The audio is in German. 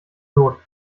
tot